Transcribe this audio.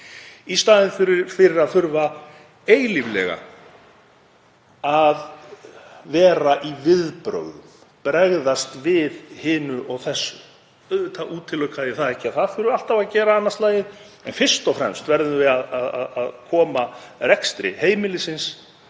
í staðinn fyrir að þurfa eilíflega að vera í viðbrögðum, bregðast við hinu og þessu. Auðvitað útiloka ég það ekki að það þurfi alltaf að gera annað slagið en fyrst og fremst verðum við að koma rekstri heimilisins